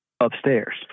Upstairs